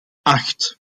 acht